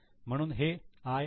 म्हणून हे 'I' आहे